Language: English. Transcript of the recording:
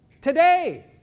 today